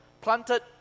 planted